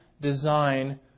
design